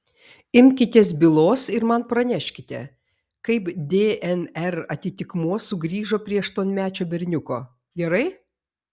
imkitės bylos ir man praneškite kaip dnr atitikmuo sugrįžo prie aštuonmečio berniuko gerai